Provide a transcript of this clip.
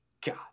god